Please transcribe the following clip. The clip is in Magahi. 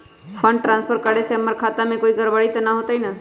फंड ट्रांसफर करे से हमर खाता में कोई गड़बड़ी त न होई न?